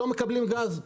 לא מקבלים גז.